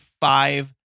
five